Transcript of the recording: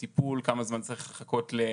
כמה זמן צריך לחכות לטיפול,